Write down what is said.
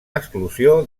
exclusió